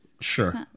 Sure